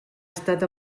estat